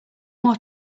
more